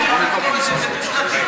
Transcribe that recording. תודה.